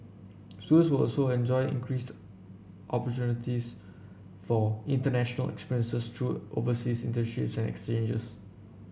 students will also enjoy increased opportunities for international experiences through overseas internships and exchanges